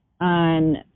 on